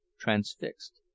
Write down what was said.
transfixed